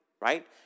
right